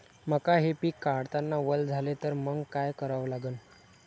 मका हे पिक काढतांना वल झाले तर मंग काय करावं लागन?